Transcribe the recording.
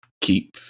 keep